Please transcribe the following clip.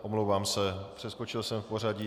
Omlouvám se, přeskočil jsem v pořadí.